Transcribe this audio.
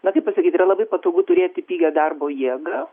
na taip pasakyt yra labai patogu turėti pigią darbo jėgą